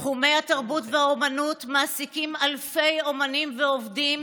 תחומי התרבות והאומנות מעסיקים אלפי אומנים ועובדים,